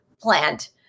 plant